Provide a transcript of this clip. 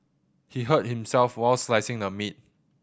he hurt himself while slicing the meat